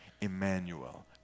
Emmanuel